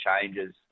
changes